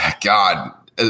God